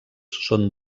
són